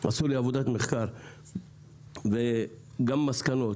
הם עשו לי עבודת מחקר וגם מסקנות.